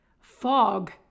Fog